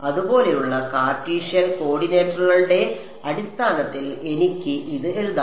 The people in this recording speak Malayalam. ഇതുപോലെയുള്ള കാർട്ടീഷ്യൻ കോർഡിനേറ്റുകളുടെ അടിസ്ഥാനത്തിൽ എനിക്ക് ഇത് എഴുതാം